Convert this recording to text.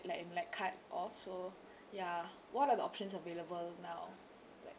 like in like cut off so ya what are the options available now